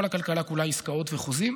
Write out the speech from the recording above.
כל הכלכלה היא עסקאות חוזים,